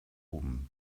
oben